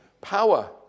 Power